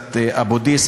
באוניברסיטת אבו-דיס,